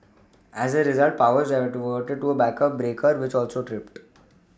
as a result power was diverted to a backup breaker which also tripped